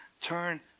turn